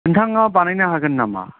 नोंथाङा बानायनो हागोन नामा